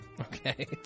Okay